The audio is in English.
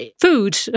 food